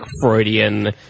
Freudian